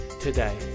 today